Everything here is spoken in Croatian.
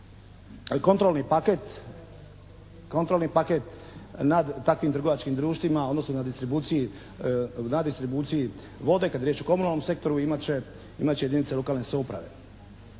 kontrolni paket nad takvim trgovačkim društvima odnosno na distribuciji vode kad je riječ o komunalnom sektoru imat će jedinice lokalne samouprave.